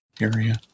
area